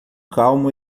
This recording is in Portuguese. calmo